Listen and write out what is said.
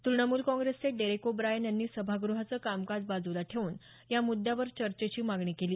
तृणमूल काँग्रेसचे Derek O'Brien यांनी सभागृहाचं कामकाज बाजूला ठेऊन या मृद्यावर चर्चेची मागणी केली